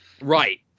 Right